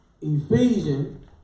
Ephesians